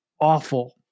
awful